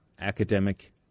academic